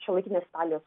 šiuolaikinės italijos